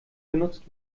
genutzt